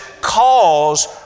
cause